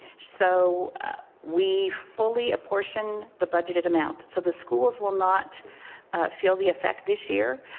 so we fully apportion the budgeted amount. so the schools will not feel the effect this year.